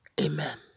Amen